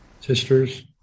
sisters